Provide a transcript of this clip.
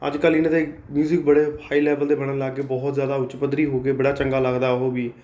ਅੱਜ ਕੱਲ੍ਹ ਇਨ੍ਹਾਂ ਦੇ ਮਿਊਂਜਿਕ ਬੜੇ ਹਾਈ ਲੈਵਲ ਦੇ ਬਣਨ ਲੱਗ ਗਏ ਬਹੁਤ ਜ਼ਿਆਦਾ ਉੱਚ ਪੱਧਰੀ ਹੋ ਗਏ ਬੜਾ ਚੰਗਾ ਲੱਗਦਾ ਉਹ ਵੀ